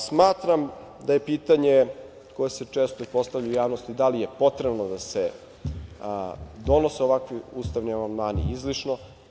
Smatram da je pitanje koje se često i postavlja u javnosti, da li je potrebno da se donose ovakvi ustavni amandmani, izlišno.